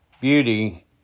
beauty